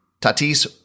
Tatis